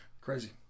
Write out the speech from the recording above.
Crazy